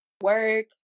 work